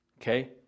okay